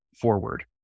forward